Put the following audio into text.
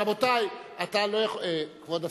רבותי, כבוד השר,